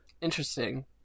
Interesting